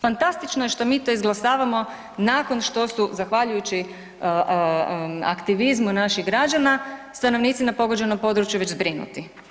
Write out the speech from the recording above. Fantastično je mi to izglasavamo nakon što su zahvaljujući aktivizmu naših građana, stanovnici na pogođenom području već zbrinuti.